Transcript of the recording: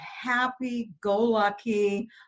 happy-go-lucky